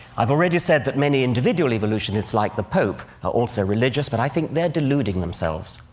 i've already said that many individual evolutionists, like the pope, are also religious, but i think they're deluding themselves.